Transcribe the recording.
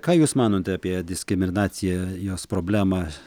ką jūs manot apie diskriminaciją jos problemą